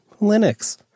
Linux